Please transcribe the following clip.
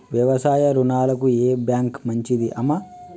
వ్యవసాయ రుణాలకు ఏ బ్యాంక్ మంచిది?